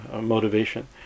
motivation